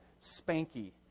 Spanky